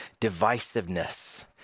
divisiveness